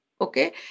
okay